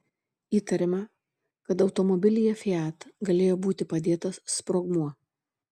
įtariama kad automobilyje fiat galėjo būti padėtas sprogmuo